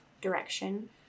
direction